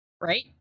Right